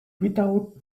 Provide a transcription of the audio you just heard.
without